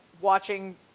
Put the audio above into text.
watching